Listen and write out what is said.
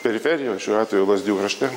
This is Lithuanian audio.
periferijoj šiuo atveju lazdijų krašte